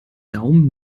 daumen